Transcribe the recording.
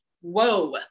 whoa